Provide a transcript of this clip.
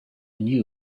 knew